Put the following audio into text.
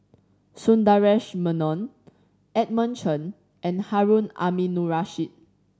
Sundaresh Menon Edmund Chen and Harun Aminurrashid